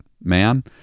man